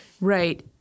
Right